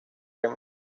him